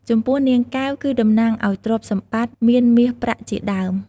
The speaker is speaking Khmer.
ចំពោះនាងកែវ គឺតំណាងឲ្យទ្រព្យសម្បត្តិ មានមាសប្រាក់ជាដើម ។